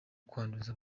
kwanduza